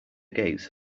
gates